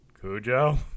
Cujo